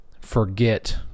forget